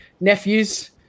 nephews